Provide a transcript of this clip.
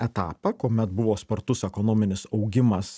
etapą kuomet buvo spartus ekonominis augimas